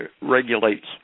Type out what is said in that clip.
regulates